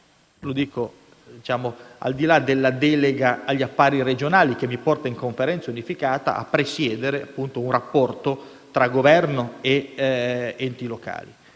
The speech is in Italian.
Lo dico al di là della delega agli affari regionali, che mi porta, in Conferenza unificata, a presiedere un rapporto tra Governo ed enti locali.